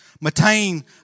Maintain